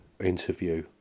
interview